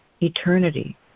eternity